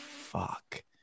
fuck